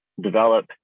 develop